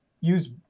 use